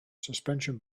suspension